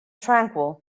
tranquil